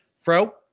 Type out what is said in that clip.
Fro